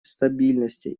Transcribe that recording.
стабильности